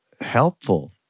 helpful